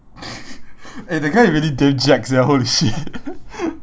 eh that guy really damn jacked sia holy shit